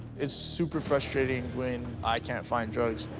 it's super frustrating when i can't find drugs.